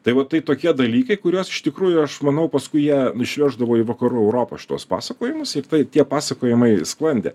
tai va tai tokie dalykai kuriuos iš tikrųjų aš manau paskui jie išveždavo į vakarų europą šituos pasakojimus ir tai tie pasakojimai sklandė